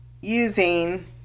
using